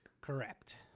Correct